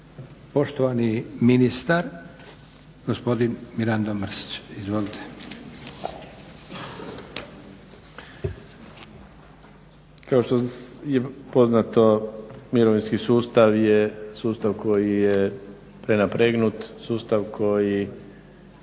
Poštovani ministar gospodin Mirando Mrsić. Izvolite. **Mrsić, Mirando (SDP)** Kao što je poznato mirovinski sustav je sustav koji je prenapregnut, sustav koji